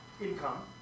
income